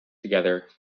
together